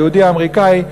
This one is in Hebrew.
היהודי האמריקאי,